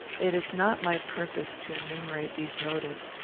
it is not my purpose to enumerate these motives,